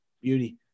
Beauty